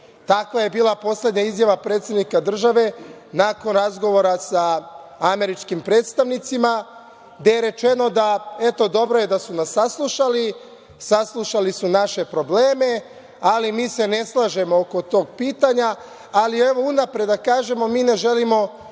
je bila poslednja izjava predsednika države nakon razgovora sa američkim predstavnicima, gde je rečeno da, eto dobro je da su nas saslušali, saslušali su naše probleme, ali mi se ne slažemo oko tog pitanja, ali evo unapred da kažemo mi ne želimo